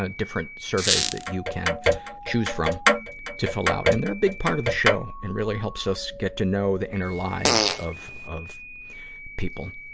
ah different surveys that you can choose from to fill out. and they're a big part of the show and really helps us get to know the inner lives of, of people.